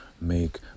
make